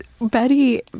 Betty